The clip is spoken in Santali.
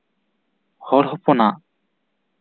ᱦᱚᱲ ᱦᱚᱯᱚᱱᱟᱜ